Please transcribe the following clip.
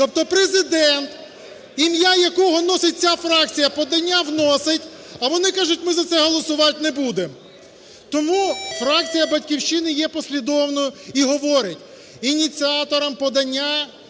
Тобто Президент, ім'я якого носить ця фракція, подання вносить, а вони кажуть, ми за це голосувати не будемо. Тому фракція "Батьківщини" є послідовною і говорить, ініціатором подання